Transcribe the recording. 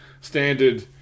standard